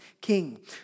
king